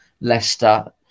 Leicester